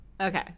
Okay